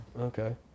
Okay